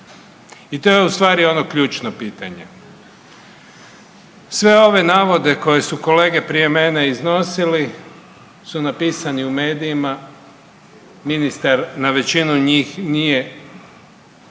i to je u stvari ono ključno pitanje. Sve ove navode koje su kolege prije mene iznosili su napisani u mediji, ministar na većinu njih nije